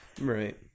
Right